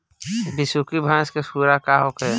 बिसुखी भैंस के खुराक का होखे?